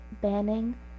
banning